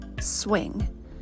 swing